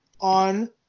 on